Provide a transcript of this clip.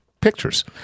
pictures